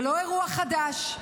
זה לא אירוע חדש,